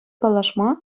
паллашма